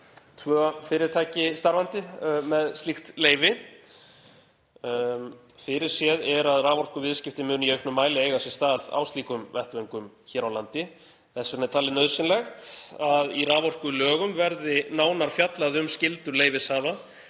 tvo fyrirtæki með slíkt leyfi. Fyrirséð er að raforkuviðskipti muni í auknum mæli eiga sér stað á slíkum vettvöngum hér á landi. Er því talið nauðsynlegt að í raforkulögum verði nánar fjallað um skyldur leyfishafa